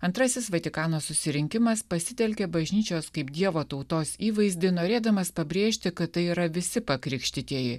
antrasis vatikano susirinkimas pasitelkė bažnyčios kaip dievo tautos įvaizdį norėdamas pabrėžti kad tai yra visi pakrikštytieji